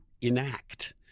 enact